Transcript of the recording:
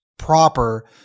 proper